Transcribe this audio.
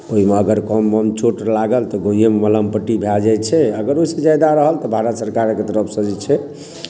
ओहिमे कम अगर कम ओम चोट लागल तऽ गामेमे मलहम पट्टी भए जाइत छै अगर ओहिसँ ज्यादा रहल तऽ भारत सरकारके तरफसँ जे छै